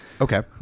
okay